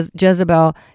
Jezebel